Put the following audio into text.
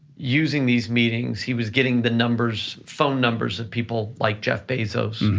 using these meetings, he was getting the numbers, phone numbers of people like jeff bezos,